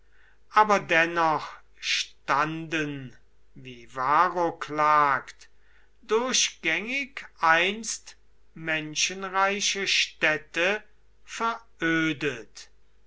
aber dennoch standen wie varro klagt durchgängig einst menschenreiche städte verödet